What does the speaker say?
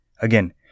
Again